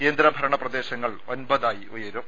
കേന്ദ്രഭരണ പ്രദേശങ്ങൾ ഒൻപതായി ഉയരും